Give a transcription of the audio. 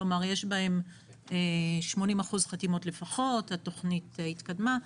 כלומר יש בהם 80% חתימות לפחות, התכנית התקדמה.